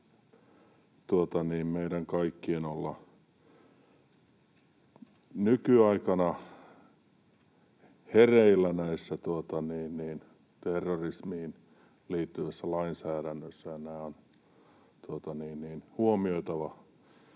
meidän kaikkien olla nykyaikana hereillä näissä terrorismiin liittyvissä lainsäädännöissä, ja nämä on huomioitava